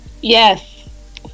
Yes